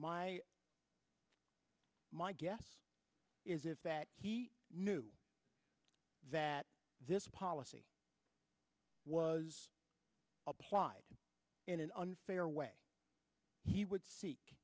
my guess is it that he knew that this policy was applied in an unfair way he would seek